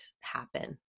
happen